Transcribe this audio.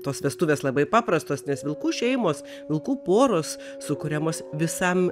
tos vestuvės labai paprastos nes vilkų šeimos vilkų poros sukuriamos visam